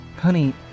Honey